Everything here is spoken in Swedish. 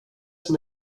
som